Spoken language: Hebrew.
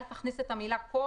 אל תכניס את המילה "כל",